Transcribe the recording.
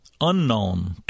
unknown